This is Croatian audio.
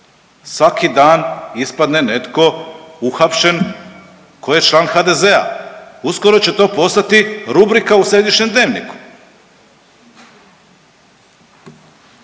Svaki dan ispadne netko uhapšen tko je član HDZ-a. Uskoro će to postati rubrika u središnjem Dnevniku.